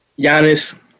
Giannis